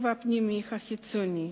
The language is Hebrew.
גודל החוב הפנימי והחיצוני,